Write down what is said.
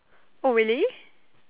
oh really